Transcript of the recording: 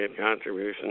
contribution